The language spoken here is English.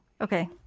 Okay